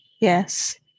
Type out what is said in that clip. yes